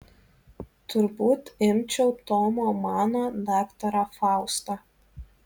turbūt imčiau tomo mano daktarą faustą